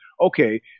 okay